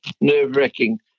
nerve-wracking